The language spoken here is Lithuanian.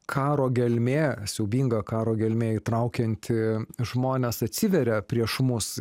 karo gelmė siaubinga karo gelmė traukianti žmones atsiveria prieš mus